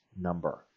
number